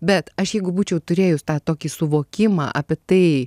bet aš jeigu būčiau turėjus tą tokį suvokimą apie tai